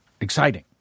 exciting